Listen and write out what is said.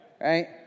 Right